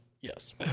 yes